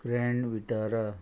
grand Vitara